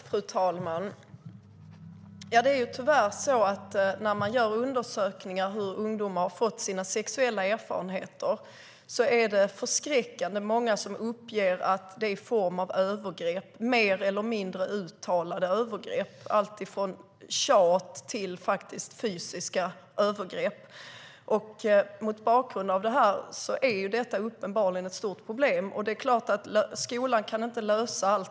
Fru talman! När man gör undersökningar om hur ungdomar har fått sina sexuella erfarenheter är det tyvärr förskräckligt många som uppger att det är i form av övergrepp, mer eller mindre uttalade övergrepp. Det handlar om alltifrån tjat till fysiska övergrepp. Mot bakgrund av det är detta uppenbarligen ett stort problem. Det är klart att skolan inte kan lösa allt.